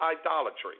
idolatry